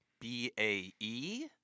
B-A-E